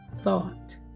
thought